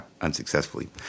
unsuccessfully